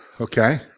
okay